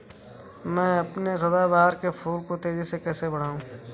मैं अपने सदाबहार के फूल को तेजी से कैसे बढाऊं?